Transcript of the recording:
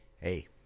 Hey